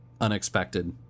unexpected